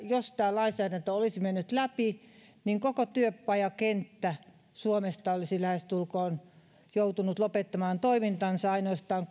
jos tämä lainsäädäntö olisi mennyt läpi se olisi käytännössä tarkoittanut sitä että lähestulkoon koko työpajakenttä suomesta olisi joutunut lopettamaan toimintansa ainoastaan